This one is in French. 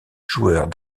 joueurs